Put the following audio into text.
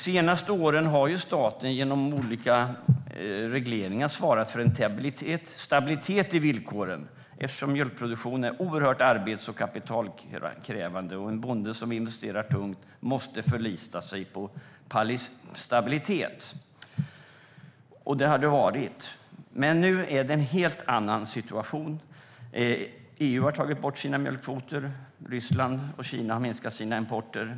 De senaste åren har staten genom olika regleringar svarat för en stabilitet i villkoren, eftersom mjölkproduktion är oerhört arbets och kapitalkrävande och en bonde som investerar tungt måste förlita sig på stabilitet. Sådan har också funnits. Men nu är det en helt annan situation. EU har tagit bort sina mjölkkvoter. Ryssland och Kina har minskat sin import.